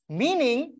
meaning